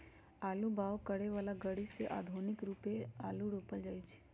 आलू बाओ करय बला ग़रि से आधुनिक रुपे आलू रोपल जाइ छै